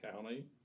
County